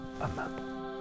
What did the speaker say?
amen